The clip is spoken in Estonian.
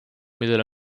millel